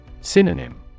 Synonym